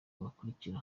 bakurikira